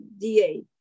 DA